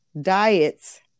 diets